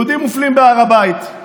יהודים מופלים בהר הבית.